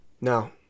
now